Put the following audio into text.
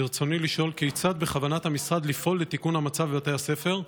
ברצוני לשאול: כיצד בכוונת המשרד לפעול לתיקון המצב בבתי הספר,